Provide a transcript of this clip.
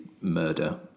murder